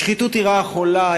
השחיתות היא רעה חולה.